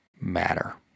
matter